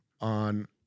on